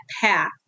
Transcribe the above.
path